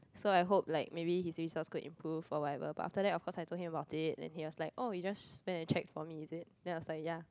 so I hope like maybe his results could improve or whatever but after that of course I told him about it and he was like oh you just went and check for me is it then I was like ya